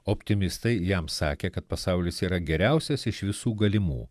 optimistai jam sakė kad pasaulis yra geriausias iš visų galimų